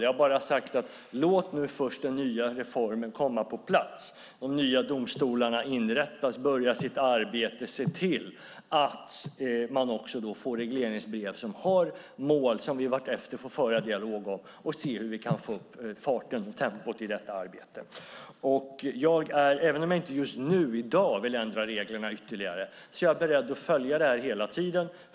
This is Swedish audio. Jag har bara sagt att vi nu ska låta den nya reformen komma på plats och låta de nya domstolarna inrättas och börja sitt arbete. Vi ska se till att man får regleringsbrev som har mål som vi vartefter får föra en dialog om för att se hur vi kan få upp tempot i detta arbete. Även om jag inte vill ändra reglerna ytterligare just i dag är jag beredd att följa detta hela tiden.